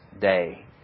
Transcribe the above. day